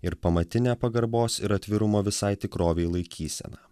ir pamatinę pagarbos ir atvirumo visai tikrovei laikyseną